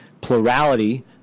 plurality